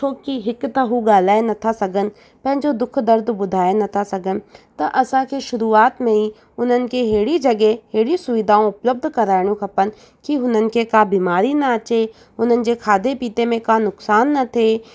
छो की हिकु त हू ॻाल्हाए नथा सघनि पंहिंजो दुखु दर्द ॿुधाए नथा सघनि असां खे शुरूआति में ई उन्हनि खे अहिड़ी जॻहि अहिड़ी सुविधाऊं कराइणु खपनि की हुननि के का बीमारी न अचे हुननि जे खाधे पीते में का नुक़सान न थिए